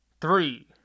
Three